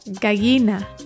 Gallina